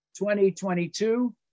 2022